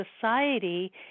society